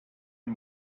and